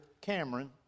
Cameron